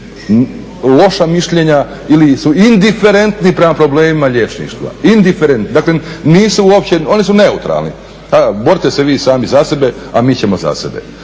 loša mišljenja ili su indiferentni prema problemima liječništva, indiferentni, nisu uopće, oni su neutralni, borite se vi sami za sebe, a mi ćemo za sebe.